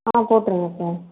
ஆ போட்டுருங்க சார்